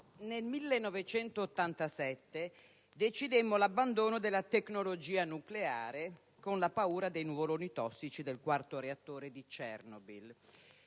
nel 1987 decidemmo l'abbandono della tecnologia nucleare con la paura dei nuvoloni tossici del quarto reattore di Chernobyl,